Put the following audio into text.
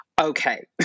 Okay